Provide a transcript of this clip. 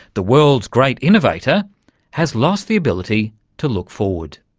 the world's great innovator has lost the ability to look forward.